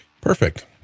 Perfect